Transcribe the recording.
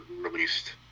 released